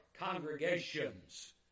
congregations